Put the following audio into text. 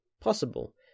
possible